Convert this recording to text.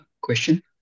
question